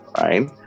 right